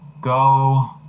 Go